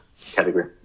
category